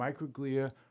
microglia